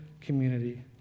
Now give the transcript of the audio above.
community